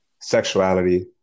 sexuality